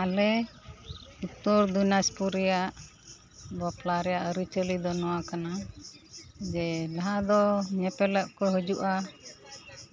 ᱟᱞᱮ ᱩᱛᱛᱚᱨ ᱫᱤᱱᱟᱡᱽᱯᱩᱨ ᱨᱮᱭᱟᱜ ᱵᱟᱯᱞᱟ ᱨᱮᱭᱟᱜ ᱟᱹᱨᱤᱼᱪᱟᱹᱞᱤ ᱫᱚ ᱱᱚᱣᱟ ᱠᱟᱱᱟ ᱡᱮ ᱡᱟᱦᱟᱸ ᱫᱚ ᱧᱮᱯᱮᱞᱚᱜ ᱠᱚ ᱦᱤᱡᱩᱜᱼᱟ